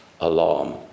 alarm